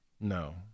No